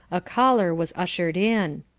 a caller was ushered in.